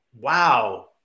wow